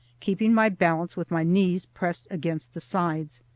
keeping my balance with my knees pressed against the sides.